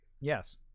Yes